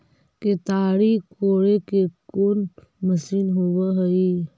केताड़ी कोड़े के कोन मशीन होब हइ?